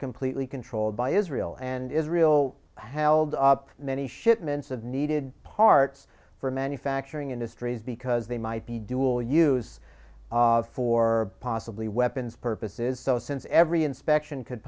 completely controlled by israel and israel held up many shipments of needed parts for manufacturing industries because they might be dual use for possibly weapons purposes so since every inspection could